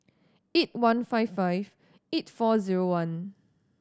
eight one five five eight four zero one